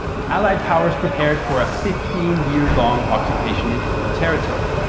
the allied powers prepared for a fifteen year long occupation in enemy territory.